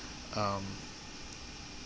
um